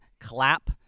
clap